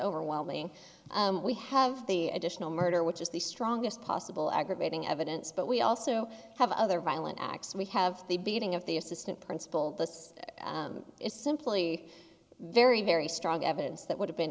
overwhelming we have the additional murder which is the strongest possible aggravating evidence but we also have other violent acts we have the beating of the assistant principal this is simply very very strong evidence that would have been